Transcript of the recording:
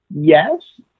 Yes